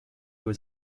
was